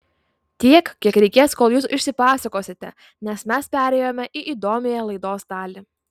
tiek kiek reikės kol jūs išsipasakosite nes mes perėjome į įdomiąją laidos dalį